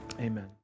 Amen